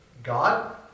God